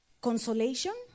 consolation